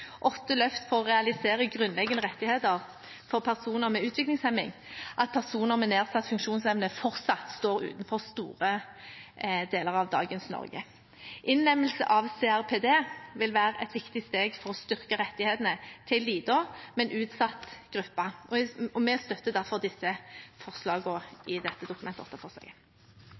Åtte løft for å realisere grunnleggende rettigheter for personer med utviklingshemming», at personer med nedsatt funksjonsevne fortsatt står utenfor store deler av dagens Norge. Innlemmelse av CRPD vil være et viktig steg for å styrke rettighetene til en liten, men utsatt gruppe, og vi støtter derfor forslagene i dette Dokument 8-forslaget. Når det gjelder forslag